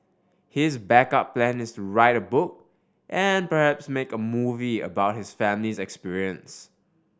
his backup plan is to write a book and perhaps make a movie about his family's experience